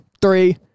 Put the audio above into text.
Three